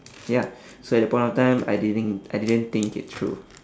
ya so at the point of time I didn't I didn't think it through